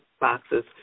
boxes